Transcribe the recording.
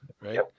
right